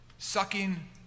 sucking